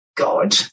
God